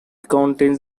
contains